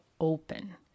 open